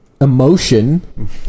emotion